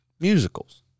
musicals